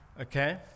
Okay